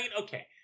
Okay